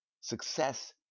Success